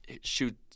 shoot